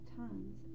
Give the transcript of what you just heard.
times